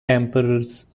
emperors